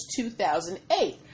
2008